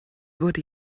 wurde